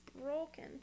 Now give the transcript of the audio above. broken